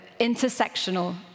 intersectional